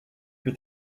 her